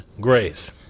grace